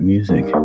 music